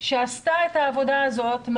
-- שעשתה את העבודה הזאת,